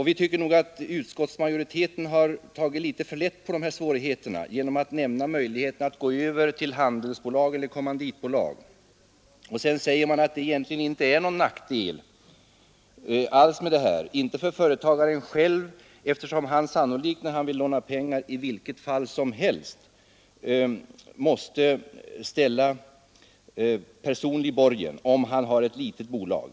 Vi tycker nog att utskottsmajoriteten har tagit litet för lätt på svårigheterna genom att nämna möjligheterna att gå över till handelsbolag eller kommanditbolag. Sedan säger man att det egentligen inte är någon nackdel för företagaren själv, eftersom han när han vill låna pengar i vilket fall som helst sannolikt måste ställa personlig borgen, om han har ett litet bolag.